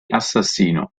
assassino